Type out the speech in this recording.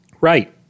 Right